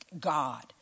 God